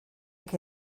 que